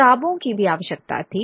किताबों की भी आवश्यकता थी